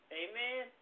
amen